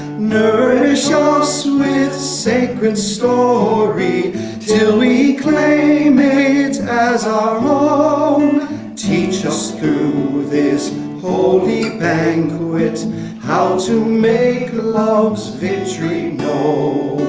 nourish ah us with sacred story till we claim it as our own teach us through this holy banquet how to make love's victory you know